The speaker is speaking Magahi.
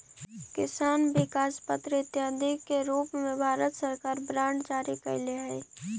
किसान विकास पत्र इत्यादि के रूप में भारत सरकार बांड जारी कैले हइ